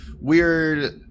weird